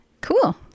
Cool